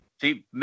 See